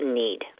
need